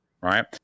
right